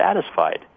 satisfied